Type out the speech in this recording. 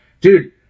Dude